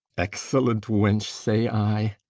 excellent wench, say i.